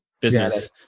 business